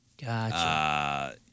Gotcha